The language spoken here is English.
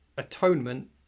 atonement